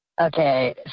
Okay